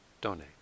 donate